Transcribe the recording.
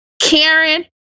karen